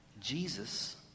Jesus